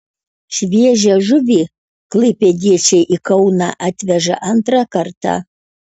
šviežią žuvį klaipėdiečiai į kauną atveža antrą kartą